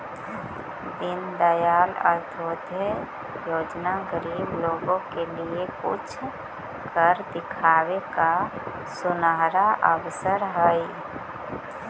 दीनदयाल अंत्योदय योजना गरीब लोगों के लिए कुछ कर दिखावे का सुनहरा अवसर हई